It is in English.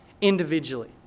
individually